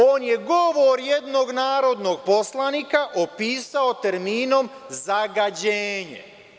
On je govor jednog narodnog poslanika opisao terminom zagađenje.